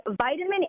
vitamin